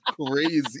crazy